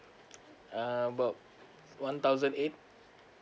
uh about one thousand eight